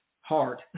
hard